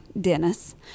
Dennis